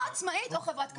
או עצמאית או חברת קבלן.